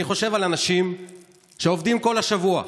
אני חושב על אנשים שעובדים כל השבוע,